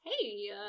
Hey